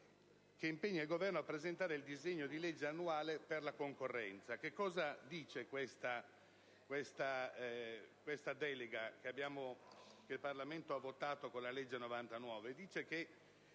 che impegna il Governo a presentare il disegno di legge annuale per la concorrenza. La delega che il Parlamento ha votato con la legge n. 99 nel